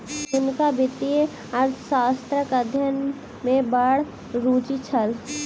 हुनका वित्तीय अर्थशास्त्रक अध्ययन में बड़ रूचि छल